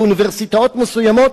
באוניברסיטאות מסוימות,